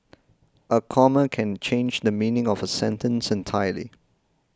a comma can change the meaning of a sentence entirely